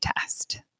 test